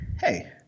hey